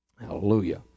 Hallelujah